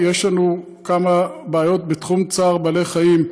יש לנו כמה בעיות בתחום צער בעלי חיים,